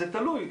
זה תלוי.